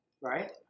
right